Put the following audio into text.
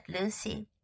lucy